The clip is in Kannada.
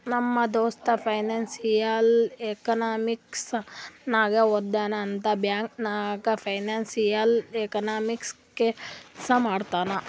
ನಮ್ ದೋಸ್ತ ಫೈನಾನ್ಸಿಯಲ್ ಎಕನಾಮಿಕ್ಸ್ ನಾಗೆ ಓದ್ಯಾನ್ ಅಂತ್ ಬ್ಯಾಂಕ್ ನಾಗ್ ಫೈನಾನ್ಸಿಯಲ್ ಎಕನಾಮಿಸ್ಟ್ ಕೆಲ್ಸಾ ಮಾಡ್ತಾನ್